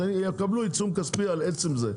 אז הם יקבלו עיצום כספי על עצם זה,